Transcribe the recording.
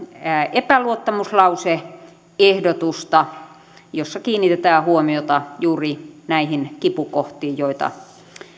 epäluottamuslause ehdotusta jossa kiinnitetään huomiota juuri näihin kipukohtiin joita